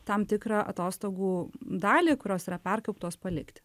tam tikrą atostogų dalį kurios yra perkauptos palikti